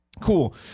cool